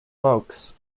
folks